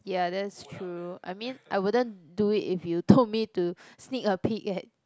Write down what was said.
ya that's true I mean I wouldn't do it if you told me to sneak a peek at